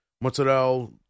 mozzarella